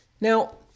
Now